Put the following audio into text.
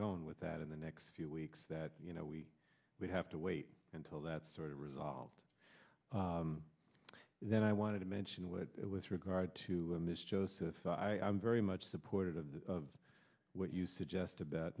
going with that in the next few weeks that you know we would have to wait until that sort of resolved then i wanted to mention what with regard to ms joseph i'm very much supportive of the of what you suggest about